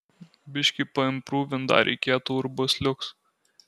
biškį paimprūvint dar reikėtų ir bus liuks